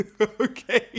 Okay